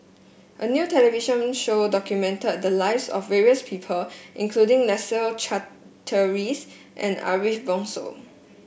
a new television show documented the lives of various people including Leslie Charteris and Ariff Bongso